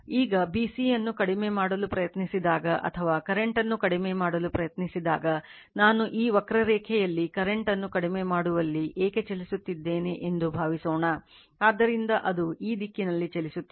ಈಗ b c ಅನ್ನು ಕಡಿಮೆ ಮಾಡಲು ಪ್ರಯತ್ನಿಸಿದಾಗ ಅಥವಾ ಕರೆಂಟ್ ಅನ್ನು ಕಡಿಮೆ ಮಾಡಲು ಪ್ರಯತ್ನಿಸಿದಾಗ ನಾನು ಈ ವಕ್ರರೇಖೆಯಲ್ಲಿ ಕರೆಂಟ್ ಅನ್ನು ಕಡಿಮೆ ಮಾಡುವಲ್ಲಿ ಏಕೆ ಚಲಿಸುತ್ತಿದ್ದೇನೆ ಎಂದು ಭಾವಿಸೋಣ ಆದ್ದರಿಂದ ಅದು ಈ ದಿಕ್ಕಿನಲ್ಲಿ ಚಲಿಸುತ್ತಿದೆ